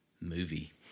movie